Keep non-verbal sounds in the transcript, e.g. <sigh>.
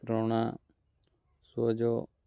<unintelligible>